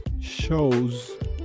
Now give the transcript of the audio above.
shows